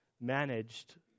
managed